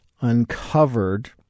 uncovered